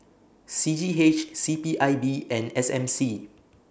C G H C P I B and S M C